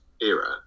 era